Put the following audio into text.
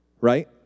Right